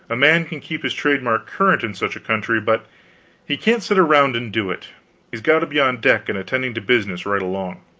a man can keep his trademark current in such a country, but he can't sit around and do it he has got to be on deck and attending to business right along.